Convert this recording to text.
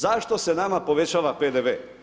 Zašto se nama povećava PDV?